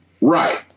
right